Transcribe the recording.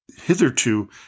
hitherto